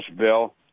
bill